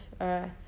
earth